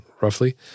roughly